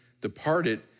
departed